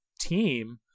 team